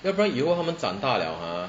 要不然以后他们长大 liao !huh!